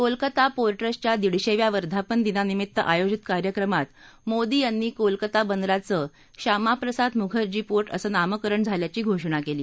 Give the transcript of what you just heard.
कोलकाता पो ट्ररू र्व्या दीडशेव्या वर्धापनादिनानिमित्त आयोजित कार्यक्रमात मोदी यांनी कोलकाता बंदराचं श्यामाप्रसाद मुखर्जी पो असं नामकरण झाल्याची घोषणा केली